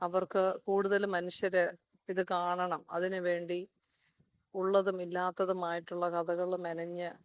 അവർക്ക് കൂടുതൽ മനുഷ്യർ ഇത് കാണണം അതിന് വേണ്ടി ഉള്ളതും ഇല്ലാത്തതുമായിട്ടുള്ള കഥകൾ മെനഞ്ഞു